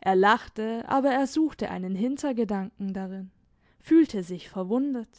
er lachte aber er suchte einen hintergedanken darin fühlte sich verwundet